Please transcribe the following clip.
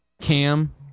Cam